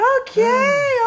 Okay